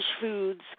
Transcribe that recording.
foods